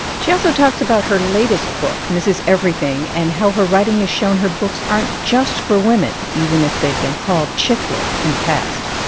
she also talks about her latest book, mrs. everything, and how her writing has shown her books aren't just for women even if they'd been called chick lit in the past.